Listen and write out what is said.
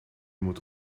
moet